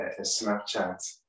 Snapchat